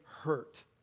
hurt